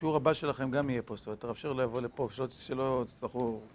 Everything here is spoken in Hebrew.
השיעור הבא שלכם גם יהיה פה, זאת אומרת, הרב שרלו יבוא לפה, שלא תצטרכו...